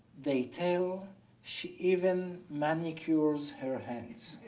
they tell she even manicures her hands,